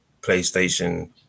PlayStation